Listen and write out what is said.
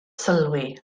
sylwi